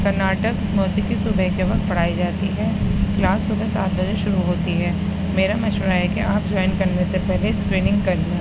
کرناٹک موسیقی صبح کے وقت پڑھائی جاتی ہے کلاس صبح سات بجے شروع ہوتی ہے میرا مشورہ ہے کہ آپ جوائن کرنے سے پہلے اسکریننگ کر لیں